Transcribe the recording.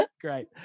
Great